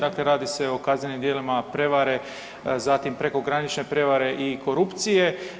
Dakle radi se o kaznenim djelima prevare, zatim prekogranične prevare i korupcije.